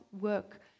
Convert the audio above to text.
work